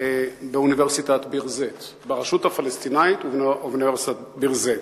ברשות הפלסטינית ובאוניברסיטת ביר-זית.